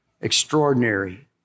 extraordinary